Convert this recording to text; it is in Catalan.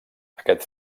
aquest